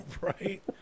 right